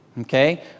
Okay